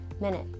Minute